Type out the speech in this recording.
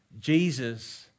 Jesus